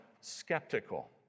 skeptical